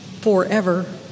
forever